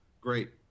great